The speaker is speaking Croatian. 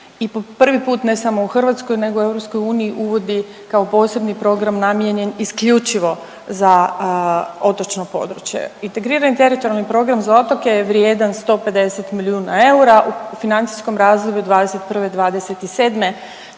po prvi put ne samo u Hrvatskoj nego u EU uvodi kao posebni program namijenjen isključivo za otočno područje. Integrirani teritorijalni program za otoke je vrijedna 150 milijuna eura. U financijskom razdoblju '21.-'27.